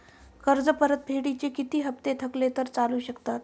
कर्ज परतफेडीचे किती हप्ते थकले तर चालू शकतात?